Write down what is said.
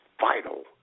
vital